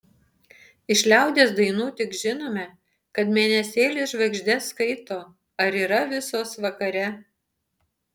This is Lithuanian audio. iš liaudies dainų tik žinome kad mėnesėlis žvaigždes skaito ar yra visos vakare